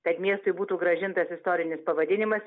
kad miestui būtų grąžintas istorinis pavadinimas